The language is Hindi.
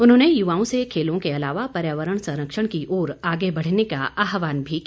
उन्होंने युवाओं से खेलों के अलावा पर्यावरण संरक्षण की ओर आगे बढ़ने का आह्वान भी किया